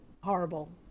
horrible